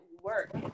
work